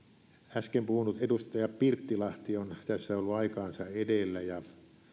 äsken puhunut edustaja pirttilahti on tässä ollut aikaansa edellä ja